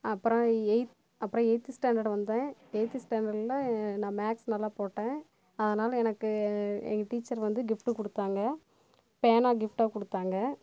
அப்புறம் எய்த் அப்புறம் eight standard வந்தேன் எய்த் ஸ்டேண்டர்டில் நான் மேக்ஸ் நல்லா போட்டேன் அதனால எனக்கு எங்கள் டீச்சர் வந்து கிஃப்ட் கொடுத்தாங்க பேனா கிஃப்டாக கொடுத்தாங்க